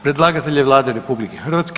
Predlagatelj je Vlada RH.